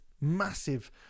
massive